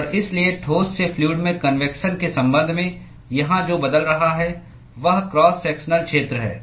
और इसलिए ठोस से फ्लूअड में कन्वेक्शन के संबंध में यहां जो बदल रहा है वह क्रॉस सेक्शनल क्षेत्र है